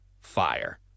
fire